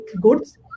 goods